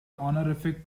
honorific